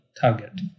target